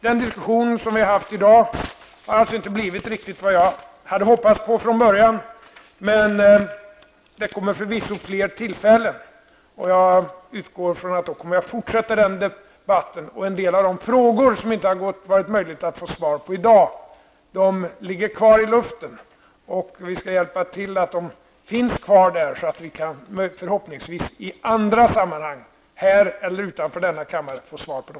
Den diskussion som vi i dag har haft har inte blivit vad jag från början hade hoppats på. Men det kommer förvisso fler tillfällen. Jag utgår ifrån att vi då kommer att fortsätta denna debatt. En del av de frågor som det inte har funnits möjlighet att få svar på i dag ligger kvar i luften. Vi skall hjälpas åt att hålla frågorna kvar i luften så att de förhoppningsvis kan besvaras i andra sammanhang, här eller utanför denna kammare.